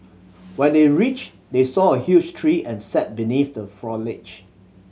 when they reached they saw a huge tree and sat beneath the foliage